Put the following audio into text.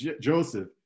Joseph